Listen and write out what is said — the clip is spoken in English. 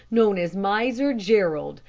known as miser jerrold,